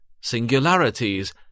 singularities